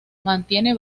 mantiene